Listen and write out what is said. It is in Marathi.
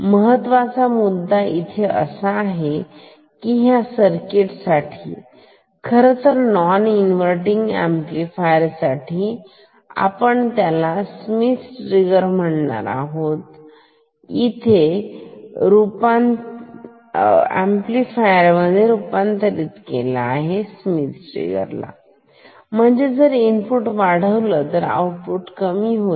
महत्त्वाचा मुद्दा इथे असा आहे की ह्या सर्किट साठी खरंतर नोन इन्वर्तींग अंपलिफायर आहे आपण त्याला स्मिथ ट्रिगरच्या इन्वर्तींग अंपलिफायर मध्ये रूपांतरित केला आहे म्हणजे जर इनपुट वाढलं तर आउटपुट कमी होईल